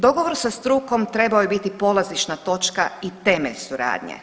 Dogovor sa strukom trebao je biti polazišna točka i temelj suradnje.